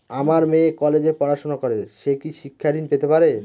আমার মেয়ে কলেজে পড়াশোনা করে সে কি শিক্ষা ঋণ পেতে পারে?